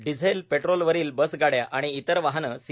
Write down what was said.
diesel petrol वरील bus गाड्या आणि इतर वाहन सी